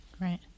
Right